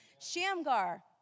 Shamgar